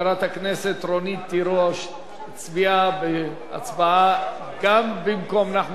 תירוש הצביעה בהצבעה גם במקום נחמן שי וגם במקומה,